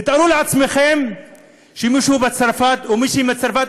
תתארו לעצמכם שמישהו בצרפת או מישהי מצרפת,